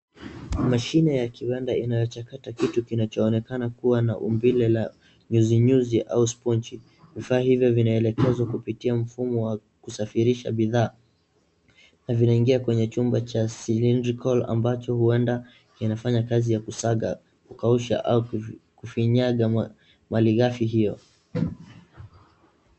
Mashine ya kibanda inayochakata kitu kinachoonekana kuwa na umbile la nyuzinyuzi au sponji. Vifaa hivyo vinavyoelekezwa kupitia mfumo wa kusafirisha bidhaa, na vinaingia kwenye chumba cha silindrikoli ambacho huenda inafanya kazi ya kusaga, kukausha au kufinyaga mali ghafi hiyo.